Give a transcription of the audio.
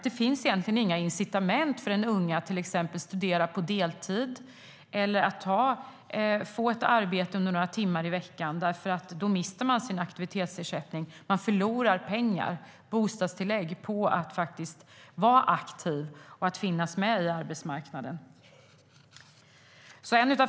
Det finns egentligen inga incitament för en ung person att till exempel studera på deltid eller ta ett arbete under några timmar i veckan, för då mister man sin aktivitetsersättning. Man förlorar pengar och bostadstillägg på att vara aktiv och finnas med på arbetsmarknaden.